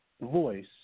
voice